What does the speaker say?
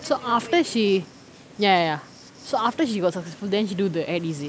so after she ya ya ya so after she got successful then she do the advertisement is it